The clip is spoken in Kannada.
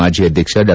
ಮಾಜಿ ಅಧ್ಯಕ್ಷ ಡಾ